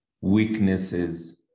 weaknesses